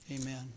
Amen